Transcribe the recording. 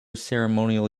ceremonial